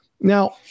Now